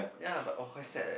ya but oh quite sad leh